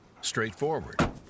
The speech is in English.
straightforward